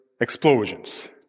explosions